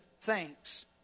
thanks